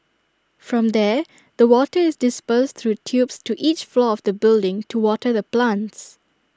from there the water is dispersed through tubes to each floor of the building to water the plants